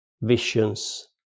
visions